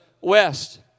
west